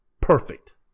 Perfect